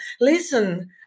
listen